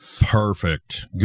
Perfect